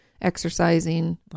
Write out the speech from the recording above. exercising